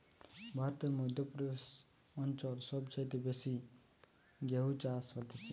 ভারতের মধ্য প্রদেশ অঞ্চল সব চাইতে বেশি গেহু চাষ হতিছে